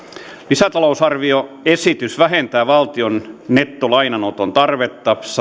lisätalousarvioesitys vähentää valtion nettolainanoton tarvetta